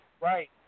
Right